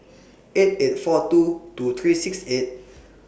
eight eight four two two three six eight